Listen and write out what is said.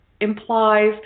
implies